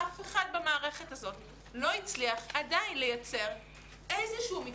אף אחד במערכת הזאת לא הצליח עדיין לייצר איזשהו מתווה.